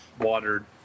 watered